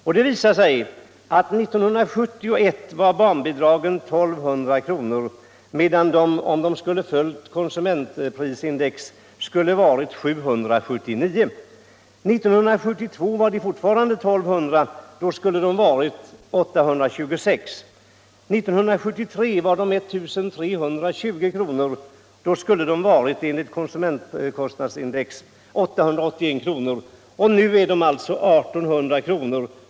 År 1971 var barnbidragen 1 200 kr., medan de, om de följt konsumentprisindex, hade varit 779 kr. 1972 var de fortfarande 1 200 kr. Då skulle de ha varit 826 kr. 1973 var de 1320 kr. Då skulle de ha varit 801 kr. Nu är de 1800 kr.